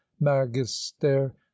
magister